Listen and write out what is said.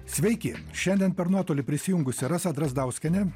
sveiki šiandien per nuotolį prisijungusi rasa drazdauskienė